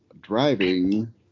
Driving